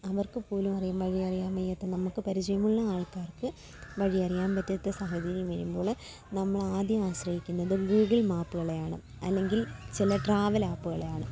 അവർക്കുപോലും അറിയാൻ വഴി അറിയാൻ വയ്യാത്ത നമുക്ക് പരിചയമുള്ള ആൾക്കാർക്ക് വഴി അറിയാൻ പറ്റാത്ത സാഹചര്യം വരുമ്പോൾ നമ്മളാദ്യം ആശ്രയിക്കുന്നത് ഗൂഗിൾ മാപ്പുകളെയാണ് അല്ലെങ്കിൽ ചില ട്രാവൽ ആപ്പുകളെയാണ്